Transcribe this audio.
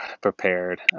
prepared